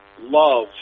love